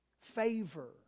favor